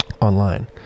online